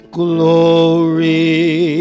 glory